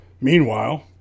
Meanwhile